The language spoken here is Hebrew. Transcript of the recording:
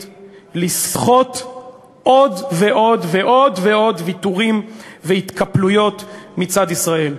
לסחוט עוד ועוד ועוד ועוד ויתורים והתקפלויות מצד ישראל.